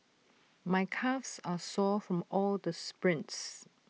my calves are sore from all the sprints